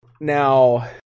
Now